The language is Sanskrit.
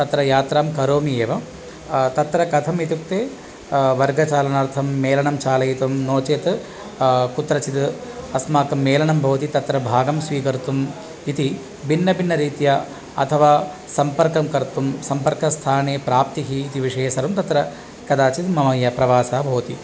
तत्र यात्रां करोमि एव तत्र कथम् इत्युक्ते वर्गचालनार्थं मेलनं चालयितुं नोचेत् कुत्रचित् अस्माकं मेलनं भवति तत्र भागं स्वीकर्तुम् इति भिन्नभिन्नरीत्या अथवा सम्पर्कं कर्तुं सम्पर्कस्थाने प्राप्तिः इति विषये सर्वं तत्र कदाचित् मम प्रवासः भवति